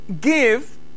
give